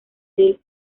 del